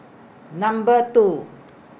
Number two